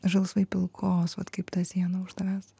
žalsvai pilkos vat kaip ta siena už tavęs